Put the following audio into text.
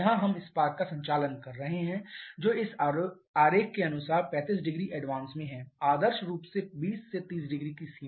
यहाँ हम स्पार्क का संचालन कर रहे हैं जो इस आरेख के अनुसार 350 एडवांस में है आदर्श रूप से 20 से 300 की सीमा में